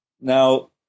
Now